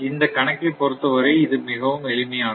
இந்தக் கணக்கைப் பொருத்தவரை இது மிகவும் எளிமையானது